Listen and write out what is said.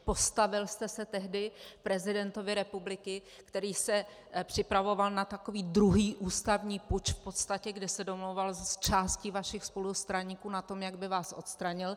Postavil jste se tehdy prezidentovi republiky, který se připravoval na takový druhý ústavní puč v podstatě, kde se domlouval s částí vašich spolustraníků na tom, jak by vás odstranil.